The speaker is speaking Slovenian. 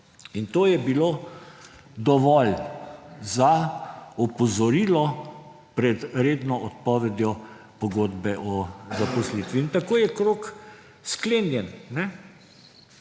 In to je bilo dovolj za opozorilo pred redno odpovedjo pogodbe o zaposlitvi in tako je krog sklenjen.